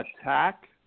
attack